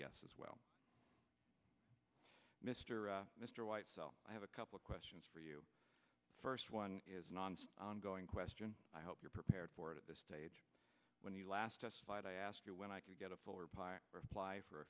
yes as well mr mr whitesell i have a couple of questions for you first one is nonce ongoing question i hope you're prepared for it at this stage when you last testified i ask you when i can get a fuller reply for a